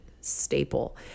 staple